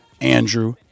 Andrew